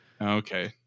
Okay